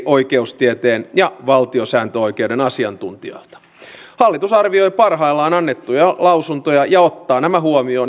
nyt hallitsematon maahanmuutto lisää niin ikään paineita resursseissa ja yleisessä jaksamisessa